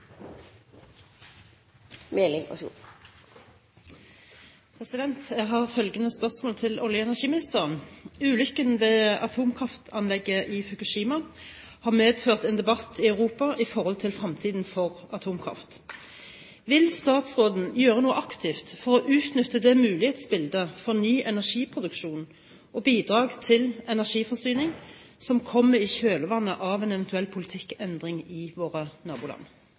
ved atomkraftanlegget i Fukushima har medført en debatt i Europa i forhold til fremtiden for atomkraft. Vil statsråden gjøre noe aktivt for å utnytte det mulighetsbildet for ny energiproduksjon og bidrag til energiforsyning som kommer i kjølvannet av en eventuell politikkendring i våre naboland?»